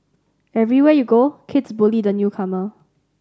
everywhere you go kids bully the newcomer